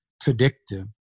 predictive